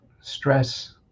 stress